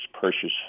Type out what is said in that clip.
purchase